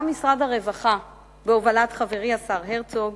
גם משרד הרווחה, בהובלת חברי השר הרצוג,